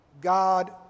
God